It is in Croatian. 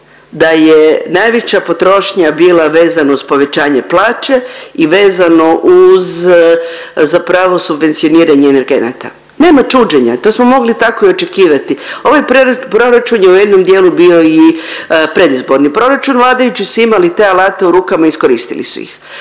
da je najveća potrošnja bila vezano uz povećanje plaće i vezano uz zapravo subvencioniranje energenata. Nema čuđenja. To smo mogli tako i očekivati. Ovaj proračun je u jednom dijelu bio i predizborni proračun. Vladajući su imali te alate u rukama, iskoristili su ih.